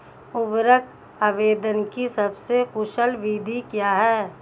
उर्वरक आवेदन की सबसे कुशल विधि क्या है?